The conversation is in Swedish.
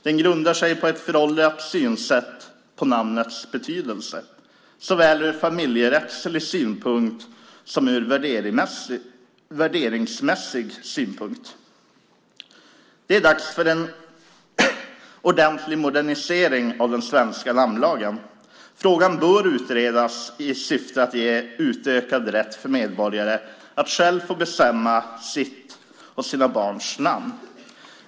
Den grundar sig på ett föråldrat synsätt på namnets betydelse såväl ur familjerättslig synpunkt som ur värderingsmässig synpunkt. Det är dags för en ordentlig modernisering av den svenska namnlagen. Frågan bör utredas i syfte att ge utökad rätt för medborgare att själva få bestämma sitt och sina barns namn.